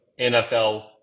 NFL